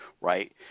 right